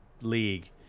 league